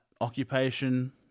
occupation